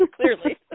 clearly